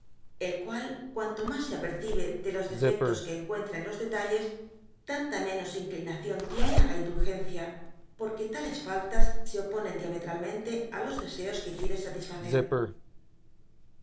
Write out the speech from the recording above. el cual cuanto dby google mas se apercibe de los defectos que encuentra en los detalles tanta menos inclinación tiene á la indulgencia por que tales faltas se oponen diametralmente á los deseos que quiere satisfacer